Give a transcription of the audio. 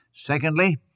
Secondly